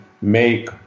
make